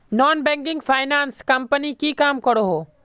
Non banking finance company की काम करोहो?